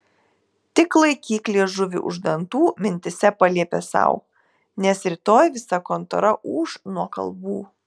tik laikyk liežuvį už dantų mintyse paliepė sau nes rytoj visa kontora ūš nuo kalbų